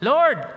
Lord